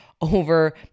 over